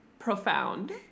profound